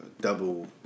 double